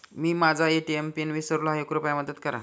मी माझा ATM pin विसरलो आहे, कृपया मदत करा